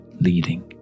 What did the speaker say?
leading